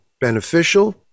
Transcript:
beneficial